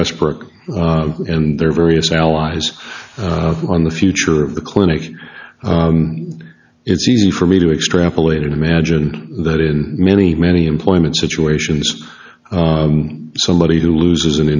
westbrook and their various allies on the future of the clinic it's easy for me to extrapolate imagine that in many many employment situations somebody who loses an